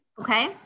Okay